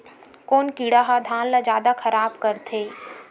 कोन कीड़ा ह धान ल जादा खराब करथे?